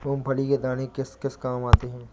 मूंगफली के दाने किस किस काम आते हैं?